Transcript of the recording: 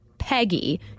Peggy